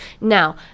Now